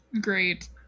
great